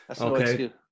Okay